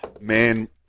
Man